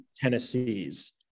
Tennessee's